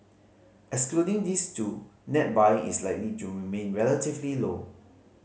excluding these two net buying is likely to remain relatively low